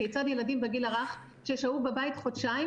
כיצד ילדים בגיל הרך ששהו בבית חודשיים